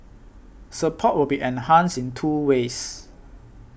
support will be enhanced in two ways